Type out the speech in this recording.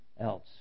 else